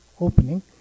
opening